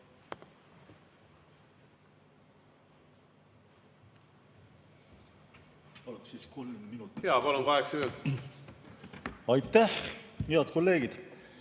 Aitäh! Head kolleegid!